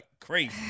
crazy